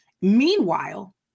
Meanwhile